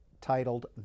titled